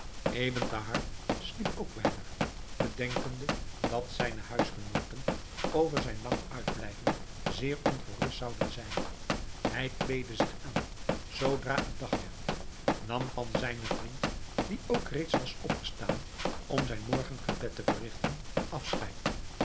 ebn thahar sliep ook weinig bedenkende dat zijne huisgenooten over zijn lang uitblijven zeer ongerust zouden zijn hij kleedde zich aan zoodra het dag werd nam van zijnen vriend die ook reeds was opgestaan om zijn morgengebed te verrigten afscheid